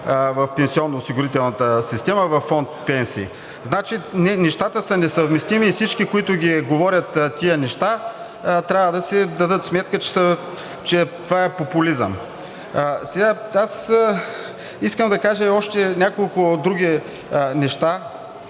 в пенсионноосигурителната система, във фонд „Пенсии“. Значи, нещата са несъвместими и всички, които говорят тези неща, трябва да си дадат сметка, че това е популизъм. Искам да кажа още няколко други неща,